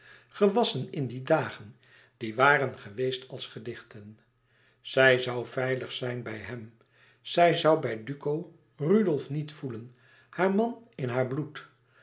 gewasschen in die dagen die waren geweest als gedichten zij zoû veilig zijn bij hem zij zoû bij duco rudolf niet voelen haar man in haar bloed